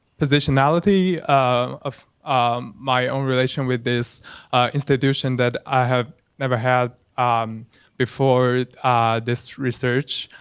positionality ah of um my own relation with this institution that i have never had before this research,